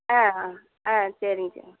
ஆ ஆ ஆ சரி சரிங்க